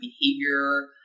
behavior